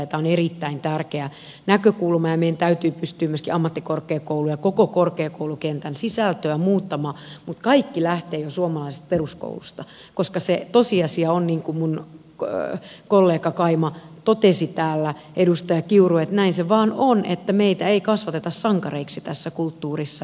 tämä on erittäin tärkeä näkökulma ja meidän täytyy pystyä myöskin ammattikorkeakoulu ja koko korkeakoulukentän sisältöä muuttamaan mutta kaikki lähtee jo suomalaisesta peruskoulusta koska se tosiasia on niin kuin minun kollegani ja kaimani edustaja kiuru totesi täällä että näin se vain on että meitä ei kasvateta sankareiksi tässä kulttuurissa